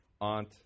aunt